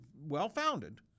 well-founded